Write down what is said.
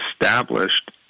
established